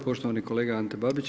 Poštovani kolega Ante Babić.